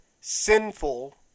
sinful